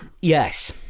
Yes